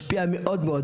יש לזה השפעה מאוד לא טובה